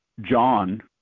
john